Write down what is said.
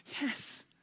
Yes